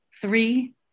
three